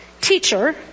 teacher